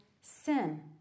sin